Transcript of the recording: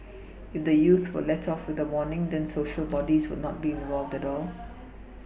if the youths were let off with a warning then Social bodies would not be involved at all